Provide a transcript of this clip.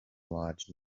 lodge